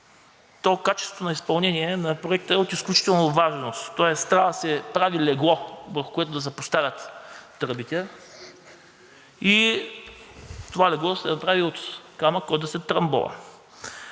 то качеството на изпълнение на проекта е от изключителна важност, тоест трябва да се прави легло, върху което да се поставят тръбите, и това легло да се направи от камък, който да се трамбова.